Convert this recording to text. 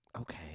Okay